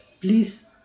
please